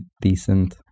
decent